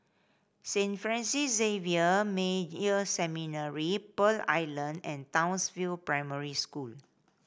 Saint Francis Xavier Major Seminary Pearl Island and Townsville Primary School